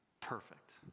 Perfect